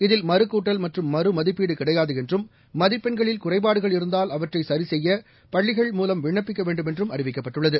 இதில் மறுகூட்டல் மற்றும் மறுமதிப்பீடுகிடையாதுஎன்றும் மதிப்பெண்களில் மகுறைபாடுகள் இருந்தால் அவற்றைசரிசெய்யபள்ளிகள் மூலம் விண்ணப்பிக்கவேண்டுமென்றும் அறிவிக்கப்பட்டுள்ளது